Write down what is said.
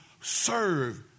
serve